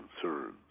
concerns